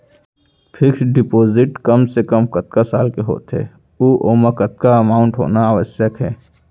Fix deposit कम से कम कतका साल के होथे ऊ ओमा कतका अमाउंट होना आवश्यक हे?